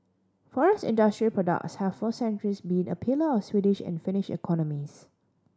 forest industry product have for centuries been a pillar of the Swedish and Finnish economies